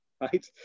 Right